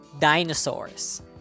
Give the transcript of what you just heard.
dinosaurs